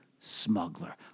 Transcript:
smuggler